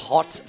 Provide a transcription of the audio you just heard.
Hot